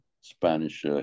Spanish